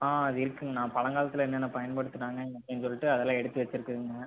ஆ அது இருக்குங்கண்ணா பழங்காலத்தில் என்னென்ன பயன்படுத்துனாங்க அப்படின் சொல்லிட்டு அதெலாம் எடுத்து வச்சுருக்குதுங்க